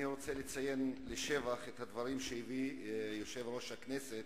אני רוצה לציין לשבח את הדברים שהביא יושב-ראש הכנסת,